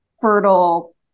fertile